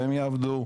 והם יעבדו,